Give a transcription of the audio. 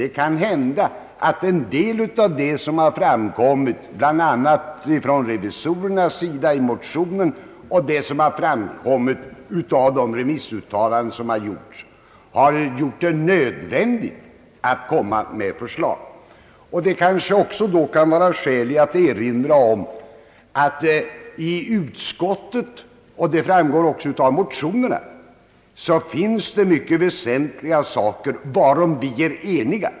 Det kan hända att en del av vad som framkommit, bl.a. från revisorerna, i motioner och av remissuttalanden, har gjort det nödvändigt att lägga fram ett förslag. Det kan också vara skäl att erinra om att utskottet — och det framgår också av motionerna — är enigt om många väsentliga saker.